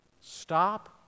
Stop